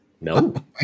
no